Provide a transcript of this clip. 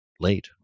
late